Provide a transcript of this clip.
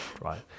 right